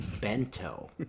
bento